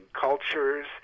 cultures